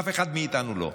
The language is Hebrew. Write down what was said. אף אחד מאיתנו לא.